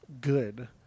good